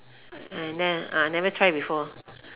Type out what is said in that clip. I ne~ I never try before